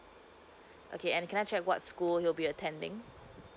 okay and can I check what school he will be attending